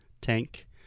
tank